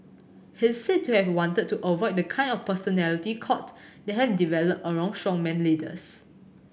he is said to have wanted to avoid the kind of personality cult that had develop around strongman leaders